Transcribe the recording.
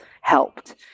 helped